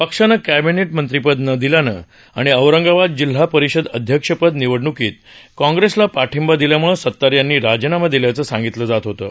पक्षानं कॅबिनेटमंत्रीपद न दिल्यानं आणि औरंगाबाद जिल्हा परिषद अध्यक्षपद निवडणुकीत काँग्रेसला पाठिंबा दिल्यामुळं सत्तार यांनी राजीनामा दिल्याचं सांगितलं जात होतं